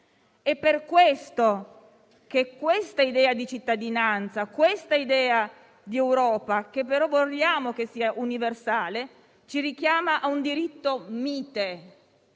diritti umani e questa idea di cittadinanza, questa idea di Europa, che però vogliamo sia universale, ci richiama a un diritto mite,